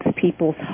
people's